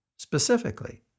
specifically